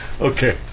Okay